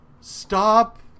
Stop